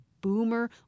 boomer